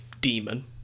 demon